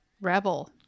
Rebel